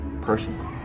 personally